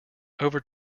over